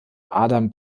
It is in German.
adam